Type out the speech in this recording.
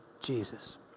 Jesus